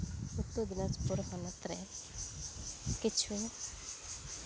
ᱩᱛᱛᱚᱨ ᱫᱤᱱᱟᱡᱽᱯᱩᱨ ᱦᱚᱱᱚᱛ ᱨᱮ ᱠᱤᱪᱷᱩ